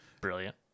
Brilliant